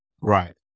Right